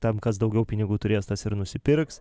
tam kas daugiau pinigų turės tas ir nusipirks